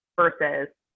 Versus